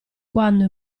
quando